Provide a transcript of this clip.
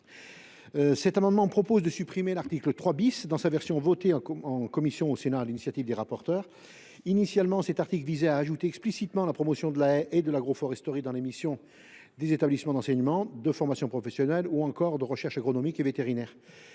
Cet amendement a pour objet de supprimer l’article 3, dans sa version votée en commission au Sénat sur l’initiative des rapporteurs. Initialement, cet article visait à ajouter explicitement la promotion de la haie et de l’agroforesterie dans les missions des établissements d’enseignement, de formation professionnelle ou encore de recherche agronomique et vétérinaire.